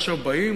עכשיו באים?